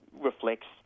reflects